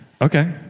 Okay